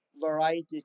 variety